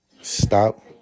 Stop